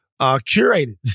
curated